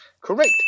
correct